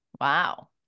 Wow